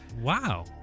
Wow